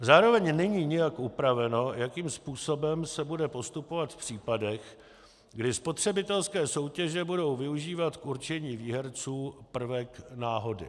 Zároveň není nijak upraveno, jakým způsobem se bude postupovat v případech, kdy spotřebitelské soutěže budou využívat k určení výherců prvek náhody.